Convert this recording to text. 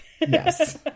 yes